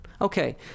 Okay